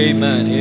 Amen